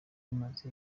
bimaze